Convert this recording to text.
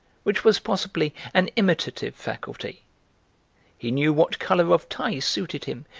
which was possibly an imitative faculty he knew what colour of tie suited him,